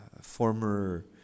former